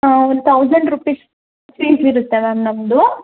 ಹಾಂ one thousand rupees fees ಇರುತ್ತೆ ma'am ನಮ್ಮದು